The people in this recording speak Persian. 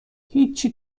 هیچی